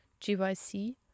GYC